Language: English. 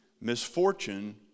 misfortune